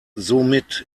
somit